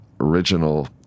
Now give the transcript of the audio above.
original